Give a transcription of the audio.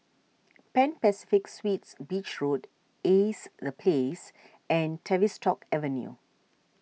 Pan Pacific Suites Beach Road Ace the Place and Tavistock Avenue